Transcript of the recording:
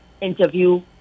interview